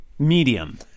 Medium